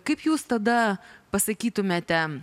kaip jūs tada pasakytumėte